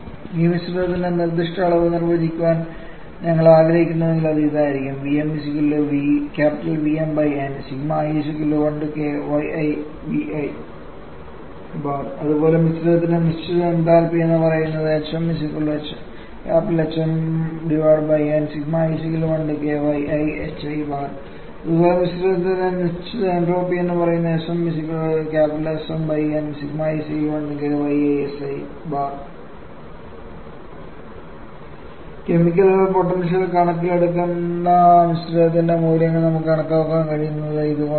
ഈ മിശ്രിതത്തിന്റെ നിർദ്ദിഷ്ട അളവ് നിർവചിക്കാൻ ഞങ്ങൾ ആഗ്രഹിക്കുന്നുവെങ്കിൽ അത് ഇതായിരിക്കണം അതുപോലെ മിശ്രിതത്തിന് നിശ്ചിത എന്താൽപി എന്ന് പറയുന്നത് അതുപോലെ മിശ്രിതത്തിന് നിശ്ചിത എൻട്രോപ്പി എന്ന് പറയുന്നത് കെമിക്കൽ പൊട്ടൻഷ്യൽ കണക്കിലെടുക്കുന്ന മിശ്രിതത്തിന്റെ മൂല്യങ്ങൾ നമുക്ക് കണക്കാക്കാൻ കഴിയുന്നത് ഇതുകൊണ്ടാണ്